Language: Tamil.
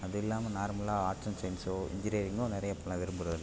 அதுவுயில்லாம நார்மலாக ஆர்ட்ஸ் அண்ட் சயின்ஸோ இன்ஜினேரிங்கோ நிறைய இப்போலாம் விரும்புகிறதில்லை